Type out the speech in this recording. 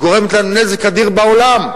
גורמת לנו נזק אדיר בעולם,